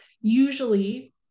Usually